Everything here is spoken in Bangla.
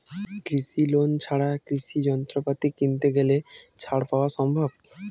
কৃষি লোন ছাড়া কৃষি যন্ত্রপাতি কিনতে গেলে ছাড় পাওয়া সম্ভব?